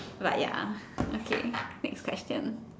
but ya okay next question